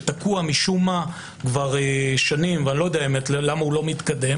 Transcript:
שתקוע משום מה שנים ואיני יודע למה לא מתקדם